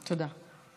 תודה.